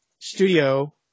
studio